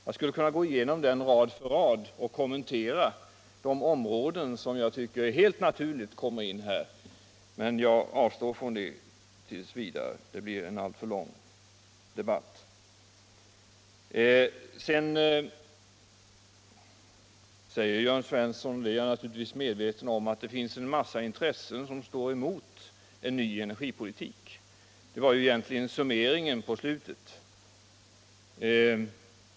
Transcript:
Jag skulle kunna gå igenom interpellationen rad för rad och kommentera de områden som helt naturligt kommer in här, men jag avstår från det t. v. — det skulle bli en alltför lång debatt. I summeringen på slutet säger Jörn Svensson att det finns en massa intressen som står emot en ny energipolitik, och det är jag naturligtvis medveten om.